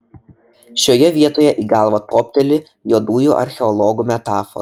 šioje vietoje į galvą topteli juodųjų archeologų metafora